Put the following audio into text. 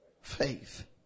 faith